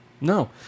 no